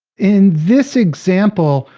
in this example,